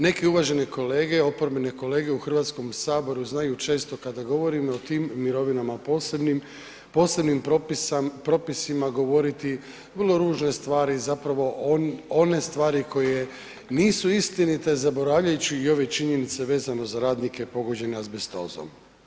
Neki uvaženi kolege, oporbene kolege u HS-u znaju često kada govorimo o tim mirovinama posebnim, posebnim propisima govoriti vrlo ružne stvari, zapravo one stvari koje nisu istinite zaboravljajući i ove činjenice vezano za radnike pogođene azbestozom.